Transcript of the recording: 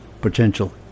potential